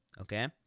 Okay